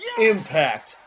Impact